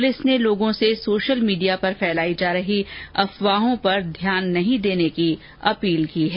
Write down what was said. police ने लोगों से सोशल मीडिया पर फैलायी जा रही अफवाहों पर ध्यान नहीं देने की अपील की है